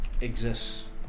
exists